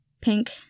Pink